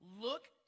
Look